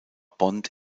bond